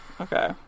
Okay